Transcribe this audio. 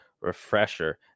refresher